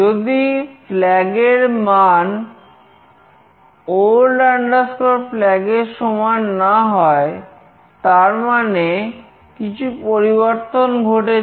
যদি flag এর মান old flag এর সমান না হয় তার মানে কিছু পরিবর্তন ঘটেছে